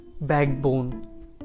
backbone